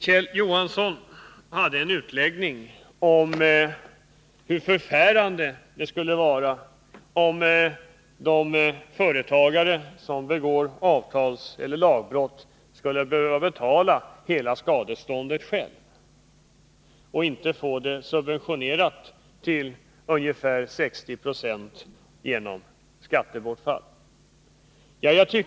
Kjell Johansson gjorde en utläggning om hur förfärande det skulle vara, om de företagare som begår avtalsbrott eller lagbrott själva skulle behöva betala hela skadeståndet och inte få det subventionerat till ungefär 60 96 genom skattebortfall.